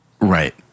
Right